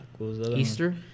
Easter